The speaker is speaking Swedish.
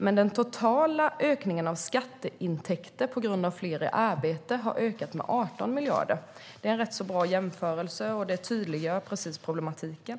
Men de totala skatteintäkterna tack vare fler i arbete har ökat med 18 miljarder. Det är en rätt bra jämförelse, och det tydliggör problematiken.